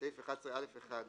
(10)בסעיף 11א(1)